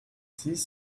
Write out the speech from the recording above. six